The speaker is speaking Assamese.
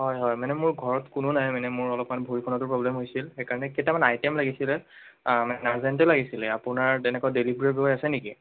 হয় হয় মানে মোৰ ঘৰত কোনো নাই মানে মোৰ অলপমান ভৰিখনতো প্ৰব্লেম হৈছিল সেইকাৰণে কেইটামান আইটেম লাগিছিলে আৰ্জেণ্টেই লাগিছিলে আপোনাৰ তেনেকুৱা ডেলিভাৰী বই আছে নেকি